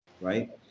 Right